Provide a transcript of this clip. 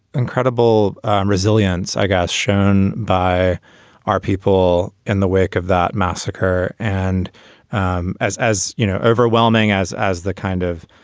incredible resilience. i got shown by our people in the wake of that massacre. and and as as you know, overwhelming as as the kind of